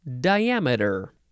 diameter